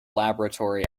laboratory